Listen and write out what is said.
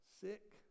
Sick